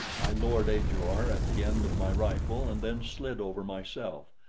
i lowered ajor at the end of my rifle and then slid over myself,